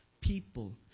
people